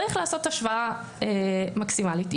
צריך לעשות השוואה מקסימלית.